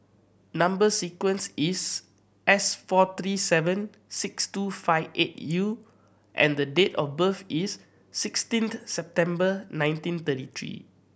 number sequence is S four three seven six two five eight U and the date of birth is sixteenth September nineteen thirty three